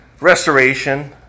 restoration